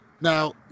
Now